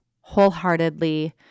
wholeheartedly